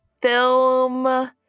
film